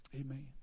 Amen